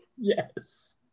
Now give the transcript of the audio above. Yes